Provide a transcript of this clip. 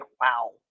wow